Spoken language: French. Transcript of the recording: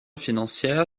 financière